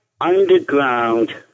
underground